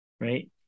right